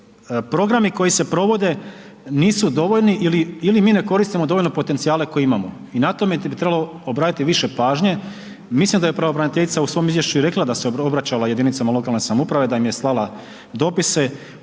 programi koji se provode nisu dovoljni ili mi ne koristimo dovoljno potencijale koje imamo i na tome bi trebalo obratiti više pažnje, mislim da je pravobraniteljica u svom izvješću i rekla da se obraćala jedinicama lokalne samouprave, da im je dopise,